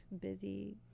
busy